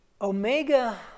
omega